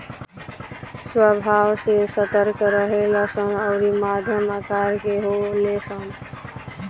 स्वभाव से सतर्क रहेले सन अउरी मध्यम आकर के होले सन